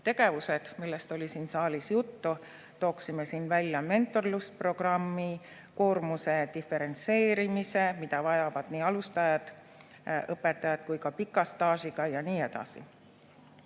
tegevused, millest oli siin saalis juttu. Tooksime siin välja mentorlusprogrammi, koormuse diferentseerimise, mida vajavad nii alustavad kui ka pika staažiga õpetajad, ja nii edasi.